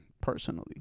personally